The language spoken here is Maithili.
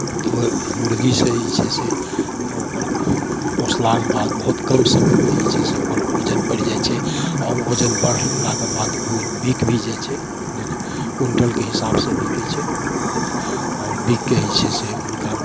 ओ मुर्गीसँ जे छै से ओ ओकर पोसलाके बाद बहुत कम समयमे जे छै से ओकर वजन बढ़ि जाइ छै और वजन बढ़लाके बाद उ बीक भी जाइ छै नइ नइ क्विंटलके हिसाबसँ बिकय छै नइ नइ आओर बिकके जे छै से हुनका